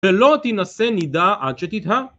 ולא תינשא נידה עד שתיטהר